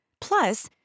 Plus